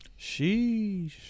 Sheesh